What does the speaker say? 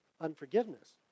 unforgiveness